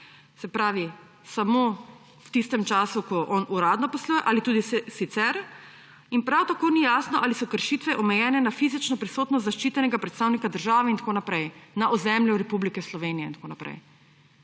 se pravi samo v tistem času, ko on uradno posluje, ali tudi sicer. Prav tako ni jasno, ali so kršitve omejene na fizično prisotnost zaščitenega predstavnika države in tako naprej na ozemlju Republike Slovenije in tako naprej.